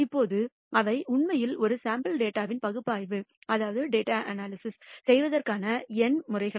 இப்போது அவை உண்மையில் ஒரு சாம்பிள் டேட்டாவின் பகுப்பாய்வு செய்வதற்கான எண் முறைகள்